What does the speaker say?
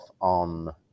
on